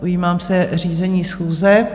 Ujímám se řízení schůze.